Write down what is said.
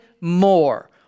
more